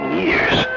years